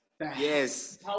yes